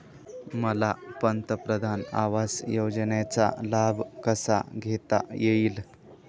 मला पंतप्रधान आवास योजनेचा लाभ कसा घेता येईल?